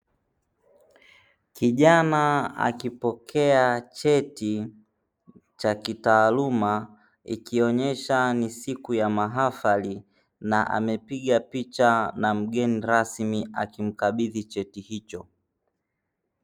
Kijana akipokea cheti cha kitaaluma, ikionyesha ni siku ya mahafali na amepiga picha na mgeni rasmi, akimkabidhi cheti hicho.